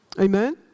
Amen